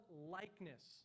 likeness